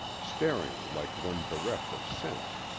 staring like one bereft of sense.